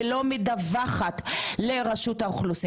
ולא מדווחת לרשות האוכלוסין,